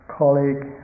colleague